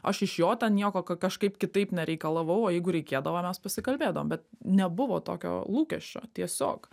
aš iš jo ten nieko ka kažkaip kitaip nereikalavau o jeigu reikėdavo mes pasikalbėdavom bet nebuvo tokio lūkesčio tiesiog